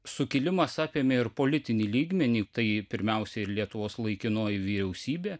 sukilimas apėmė ir politinį lygmenį tai pirmiausia ir lietuvos laikinoji vyriausybė